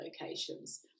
locations